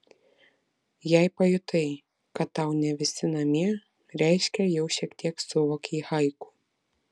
jei pajutai kad tau ne visi namie reiškia jau šiek tiek suvokei haiku